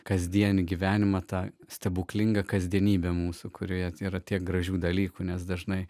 kasdienį gyvenimą tą stebuklingą kasdienybę mūsų kurioje yra tiek gražių dalykų nes dažnai